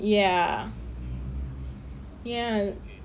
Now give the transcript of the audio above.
ya ya